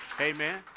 Amen